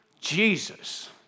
Jesus